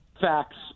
facts